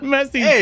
Messy